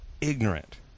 ignorant